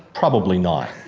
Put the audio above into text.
probably not.